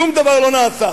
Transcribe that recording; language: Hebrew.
שום דבר לא נעשה.